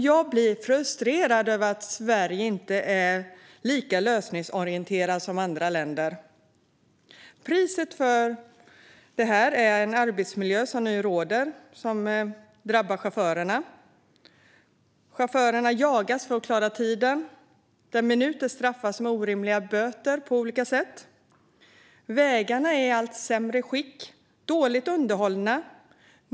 Jag blir frustrerad över att Sverige inte är lika lösningsorienterat som andra länder. Priset för detta är den arbetsmiljö som nu råder, och det drabbar chaufförerna. Chaufförerna jagas för att hålla tiderna, och några minuter för mycket straffas med orimliga böter. Vägarna är i allt sämre skick och dåligt underhållna.